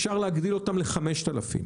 אפשר להגדיל אותם ל-5,000,